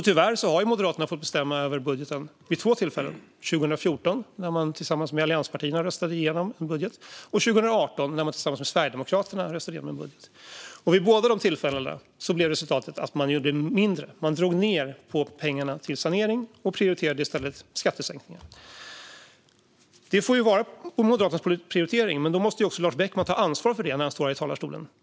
Tyvärr har Moderaterna fått bestämma över budgeten vid två tillfällen, nämligen 2014 när man tillsammans med allianspartierna röstade igenom en budget och 2018 när man tillsammans med Sverigedemokraterna röstade igenom en budget. Vid båda tillfällena blev resultatet en neddragning av pengarna till sanering och i stället prioriterades skattesänkningar. Detta får ju vara Moderaternas prioritering, men då får Lars Beckman ta ansvar för det när han står här i talarstolen.